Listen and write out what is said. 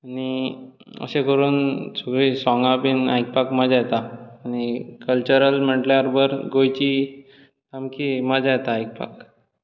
आनी अशें करून सगळी साँगा बी आयकपाक मजा येता आनी कल्चरल म्हटल्यार बरी गोंयचीं सामकी मजा येता आयकपाक